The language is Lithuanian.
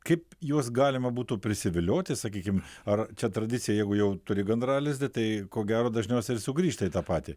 kaip juos galima būtų prisivilioti sakykim ar čia tradicija jeigu jau turi gandralizdį tai ko gero dažniausiai ir sugrįžta į tą patį